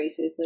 racism